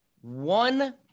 One